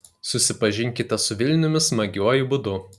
susipažinkite su vilniumi smagiuoju būdu